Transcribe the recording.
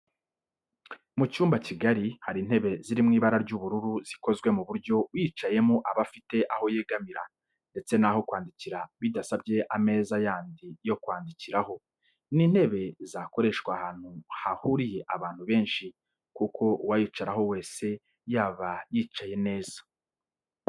Mu cyumba kigari hari intebe ziri mu ibara ry'ubururu zikozwe ku buryo uyicayeho aba afite aho yegamira ndetse n'aho kwandikira bidasabye ameza yandi yo kwandikiraho. Ni intebe zakoreshwa ahantu hahuriye abantu benshi kuko uwayicaraho wese yaba yicaye neza.